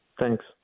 Thanks